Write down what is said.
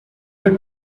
were